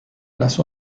lass